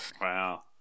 Wow